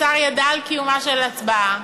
השר ידע על קיומה של הצבעה,